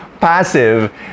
passive